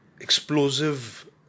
explosive